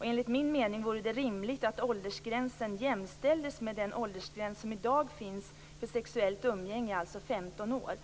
Enligt min mening vore det rimligt att åldersgränsen jämställdes med den åldersgräns som i dag finns för sexuellt umgänge, alltså 15 år.